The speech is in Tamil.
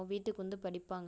வீட்டுக்கு வந்து படிப்பாங்கள்